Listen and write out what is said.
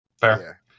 Fair